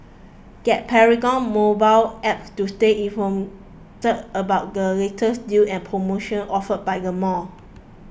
get Paragon's mobile Apps to stay informed about the latest deals and promotions offered by the mall